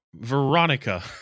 Veronica